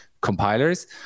compilers